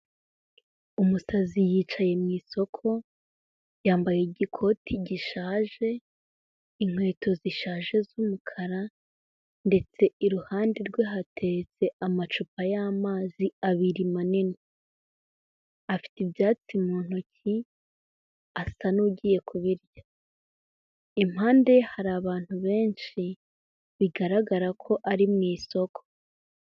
Umusazi yicaye mu isoko, yambaye igikoti gishaje, inkweto zishaje z'umukara ndetse iruhande rwe hateretse amacupa y'amazi abiri manini. Afite ibyatsi mu ntoki, asa n'ugiye kubirya. Impande ye hari abantu benshi, bigaragara ko ari mu isoko.